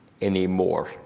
anymore